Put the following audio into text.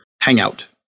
hangout